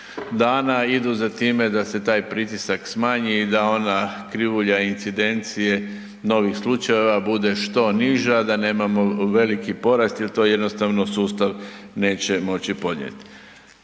idu za time da se taj pritisak smanji i da ona krivulja incidencije novih slučajeva bude što niža da nemamo veliki porast jer to jednostavno sustav neće moći podnijeti.